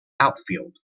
outfield